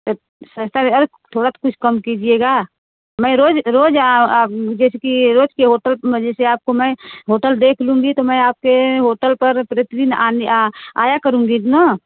सस्ता भी अरे थोड़ा तो कुछ कम कीजिएगा मैं रोज़ रोज़ आ जैसे को रोज़ के होटल में जैसे आपको मैं होटल देख लूँगी तो मैं आप के होटल पर प्रति प्रतिदिन मैं आया करूँगी ठीक न